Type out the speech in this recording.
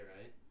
right